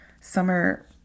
summer